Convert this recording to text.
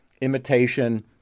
imitation